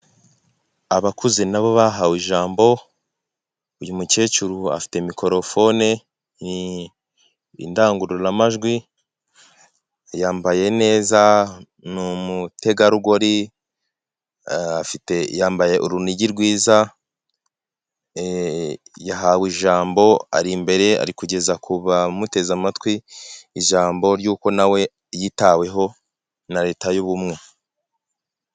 Abakuze nabo bahawe ijambo, uyu mukecuru afite mikorofone indangururamajwi, yambaye neza ni umutegarugori yambaye urunigi rwiza yahawe ijambo, ari imbere ariko kugeza ku bamuteze amatwi ijambo ry'uko nawe yitaweho na leta y'ubumwe.